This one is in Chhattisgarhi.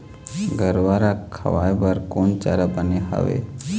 गरवा रा खवाए बर कोन चारा बने हावे?